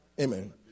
Amen